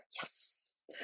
yes